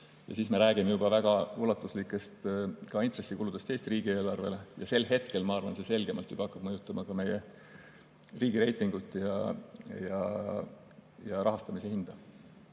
Ja siis me räägime juba väga ulatuslikest intressikuludest Eesti riigieelarvele ja see hakkab minu arvates selgemalt mõjutama ka meie riigireitingut ja rahastamise hinda.